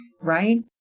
right